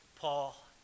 Paul